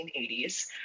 1980s